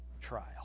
trial